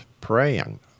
praying